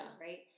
right